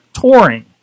touring